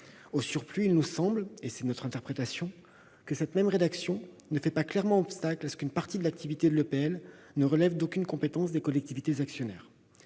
Au surplus, il nous semble que cette même rédaction ne fait pas clairement obstacle à ce qu'une partie de l'activité de l'EPL ne relève d'aucune compétence des collectivités actionnaires.